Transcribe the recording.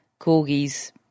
corgis